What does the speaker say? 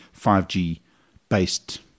5G-based